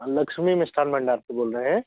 लक्ष्मी मिष्ठान भंडार से बोल रहे हैं